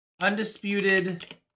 Undisputed